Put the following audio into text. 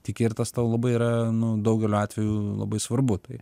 tiki ir tas tau labai yra daugeliu atveju labai svarbu tai